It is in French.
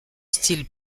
style